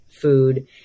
food